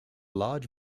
large